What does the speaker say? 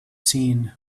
seen